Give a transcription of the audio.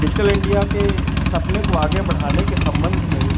digital India के सपने को आगे बढ़ाने के सम्बन्ध में